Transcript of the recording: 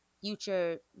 Future